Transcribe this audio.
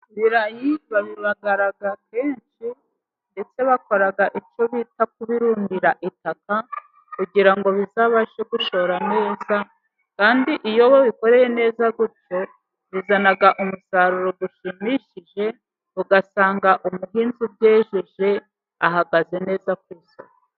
Ibirayi babibagara kenshi ndetse bakora icyo bita ku birundira itaka kugira ngo bizabashe kwishora neza. Kandi iyo babikoreye neza gutyo bizana umusaruro ushimishije ugasanga umuhinzi u byejeje ahagaze neza ku isi.